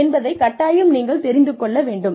என்பதைக் கட்டாயம் நீங்கள் தெரிந்து கொள்ள வேண்டும்